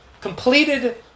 Completed